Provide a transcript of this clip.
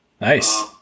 Nice